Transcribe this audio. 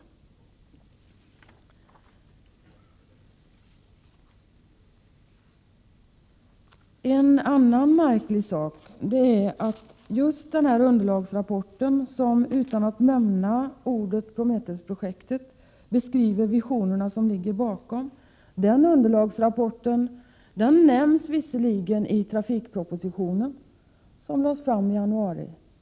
Sedan till en annan märklig sak. Just den aktuella underlagsrapporten — som, utan att nämna ordet Prometheus-projektet, beskriver de bakomliggande visionerna — nämns visserligen i inledningskapitlen i den trafikproposition som lades fram i januari.